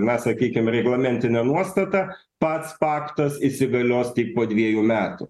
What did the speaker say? na sakykim reglamentinė nuostata pats faktas įsigalios tik po dviejų metų